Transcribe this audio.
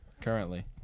currently